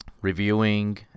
reviewing